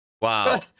Wow